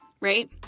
right